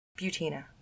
Butina